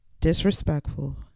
disrespectful